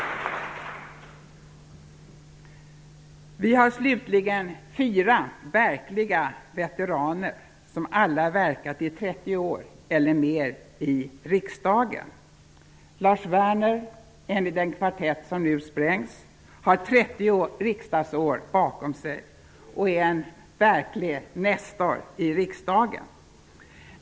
Vi har slutligen fyra verkliga veteraner, som alla verkat i 30 år eller mer i riksdagen. Lars Werner är en i den kvartett som nu sprängs. Han har 30 riksdagsår bakom sig och är en verklig nestor i riksdagen.